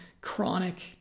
chronic